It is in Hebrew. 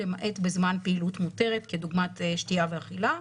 למעט בזמן פעילות מותרת כדוגמת שתייה ואכילה.